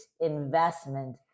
investment